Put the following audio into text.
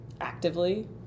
actively